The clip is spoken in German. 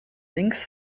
links